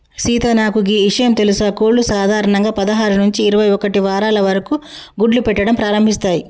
సీత నాకు గీ ఇషయం తెలుసా కోళ్లు సాధారణంగా పదహారు నుంచి ఇరవై ఒక్కటి వారాల వరకు గుడ్లు పెట్టడం ప్రారంభిస్తాయి